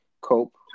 cope